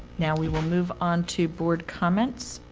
now we will move on to board comments.